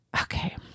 okay